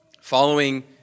following